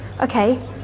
Okay